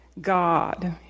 God